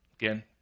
Again